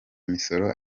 misoro